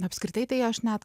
apskritai tai aš net